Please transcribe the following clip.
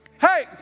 hey